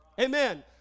Amen